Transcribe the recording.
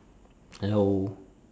hello